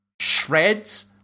shreds